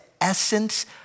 essence